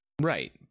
Right